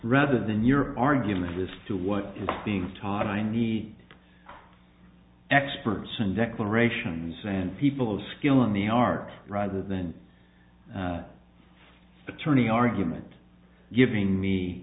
rather than your argument as to what is being taught i need experts in declarations and people of skill in the art rather than attorney argument giving me